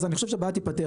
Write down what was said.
אז אני חושב שהבעיה תיפתר,